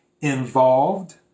involved